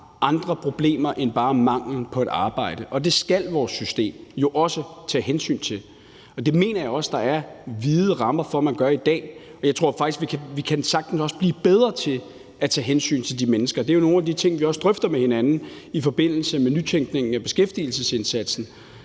andre problemer end bare manglen på et arbejde, og det skal vores system jo også tage hensyn til, og det mener jeg også der er vide rammer for at man kan gøre i dag, men jeg tror også, at vi sagtens kan blive bedre til at tage hensyn til de mennesker. Det er jo også nogle af de ting, vi drøfter med hinanden i forbindelse med nytænkningen af beskæftigelsesindsatsen.